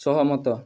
ସହମତ